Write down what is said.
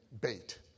bait